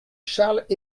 charles